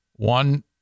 One